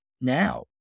now